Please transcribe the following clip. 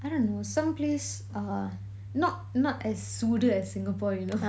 I don't know some place uh not not as சூடு:soodu as singapore you know